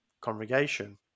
congregation